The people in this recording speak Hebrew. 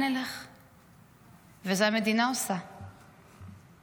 והמדינה עושה את זה.